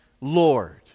Lord